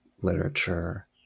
literature